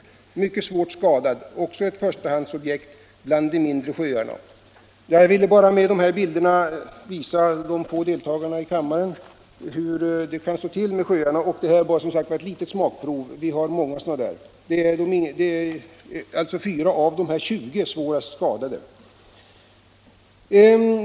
Den är mycket svårt skadad och även den ett förstahandsobjekt bland de mindre sjöarna. Jag ville med de här bilderna visa de få närvarande i kammaren hur det kan stå till med sjöarna. Det vara bara ett litet smakprov, vi har många sådana här fall. Vad vi såg var fyra av de 20 svårast skadade sjöarna.